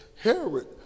Herod